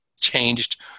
changed